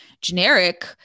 generic